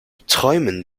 träumen